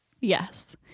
Yes